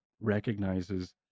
recognizes